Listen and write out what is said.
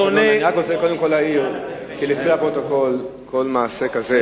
רוצה להעיר שלפי הפרוטוקול כל מעשה כזה,